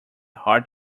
hard